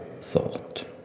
thought